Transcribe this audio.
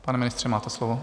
Pane ministře, máte slovo.